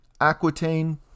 Aquitaine